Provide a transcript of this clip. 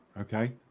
okay